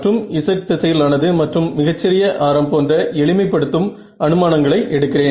மற்றும் z திசையில் ஆனது மற்றும் மிகச் சிறிய ஆரம் போன்ற எளிமை படுத்தும் அனுமானங்களை எடுக்கிறேன்